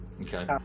Okay